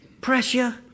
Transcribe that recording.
pressure